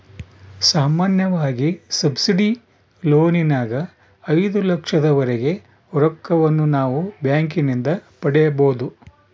ಸಾಮಾನ್ಯವಾಗಿ ಸಬ್ಸಿಡಿ ಲೋನಿನಗ ಐದು ಲಕ್ಷದವರೆಗೆ ರೊಕ್ಕವನ್ನು ನಾವು ಬ್ಯಾಂಕಿನಿಂದ ಪಡೆಯಬೊದು